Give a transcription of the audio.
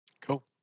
cool